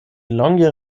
longe